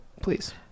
Please